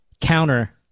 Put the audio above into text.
counter-